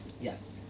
Yes